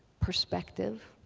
perspective.